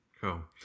Cool